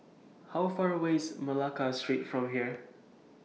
How Far away IS Malacca Street from here